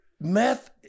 meth